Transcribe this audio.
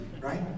Right